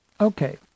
Okay